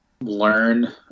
learn